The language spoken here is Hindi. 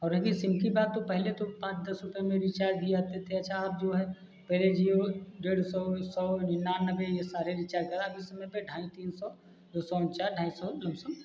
और रहे गई सिम की बात तो पहले तो पाँच दस रुपये में रीचार्ज भी आते थे अच्छा अब जो है पहले जिओ डेढ़ सौ ए सौ निन्यानवे यह सारे रीचार्ज करा अब इस समय पर ढाई तीन सौ दो सौ उनचास ढाई सौ लभसम